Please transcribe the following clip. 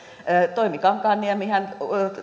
toimi kankaanniemihän